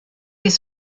des